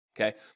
Okay